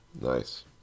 nice